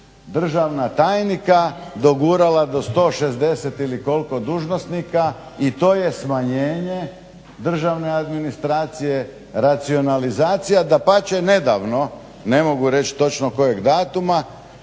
državna tajnika dogurala do 160 ili koliko dužnosnika i to je smanjenje državne administracije, racionalizacija. Dapače, nedavno ne mogu reći točno kojeg datuma